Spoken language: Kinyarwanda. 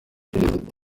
perezida